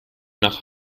nach